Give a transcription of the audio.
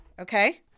Okay